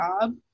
job